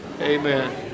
Amen